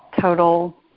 total